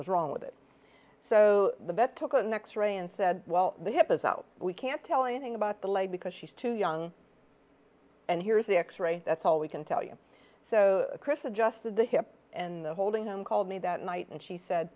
was wrong with it so the vet took an x ray and said well the hip is out we can't tell anything about the leg because she's too young and here's the x ray that's all we can tell you so chris adjusted the hip and holding on called me that night and she said